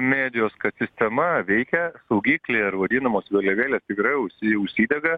medijos kad sistema veikia saugikliai ir vadinamos vėliavėlę tikrai užsi užsidega